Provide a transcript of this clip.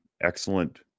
excellent